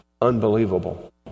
Unbelievable